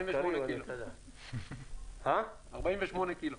48 קילו.